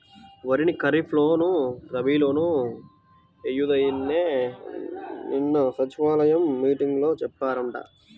వరిని ఖరీప్ లోను, రబీ లోనూ ఎయ్యొద్దని నిన్న సచివాలయం మీటింగులో చెప్పారంట